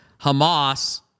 Hamas